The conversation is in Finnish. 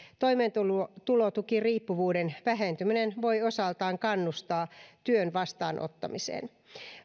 toimeentulotukiriippuvuuden vähentyminen voi osaltaan kannustaa työn vastaanottamiseen